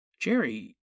Jerry